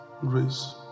grace